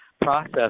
process